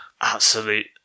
absolute